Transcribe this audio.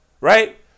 Right